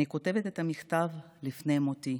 אני כותבת את המכתב לפני מותי.